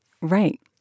Right